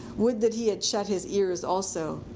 would that he had shut his ears also!